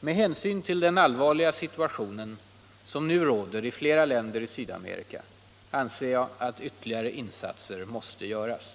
Med hänsyn till den allvarliga situation som nu råder i flera länder i Sydamerika anser jag att ytterligare insatser måste göras.